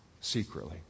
secretly